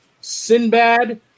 Sinbad